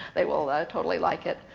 they will totally like it.